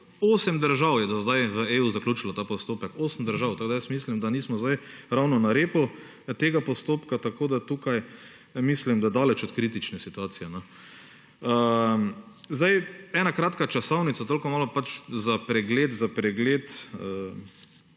osem držav je do zdaj v EU zaključilo ta postopek, osem držav. Tako mislim, da nismo zdaj ravno na repu tega postopka, tako da tukaj mislim, da daleč od kritične situacije, no. Ena kratka časovnica, toliko malo za pregled, za pregled